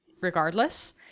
regardless